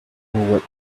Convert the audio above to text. what